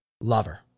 lover